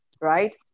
right